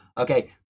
okay